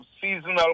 seasonal